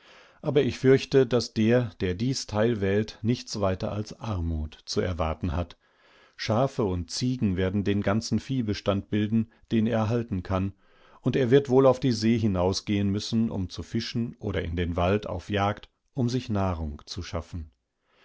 aber ich fürchte daß der der dies teil wählt nichts weiter als armut zu erwarten hat schafe und ziegen werden den ganzen viehbestand bilden denerhaltenkann underwirdwohlaufdieseehinausgehenmüssen um zu fischen oder in den wald auf jagd um sich nahrung zu schaffen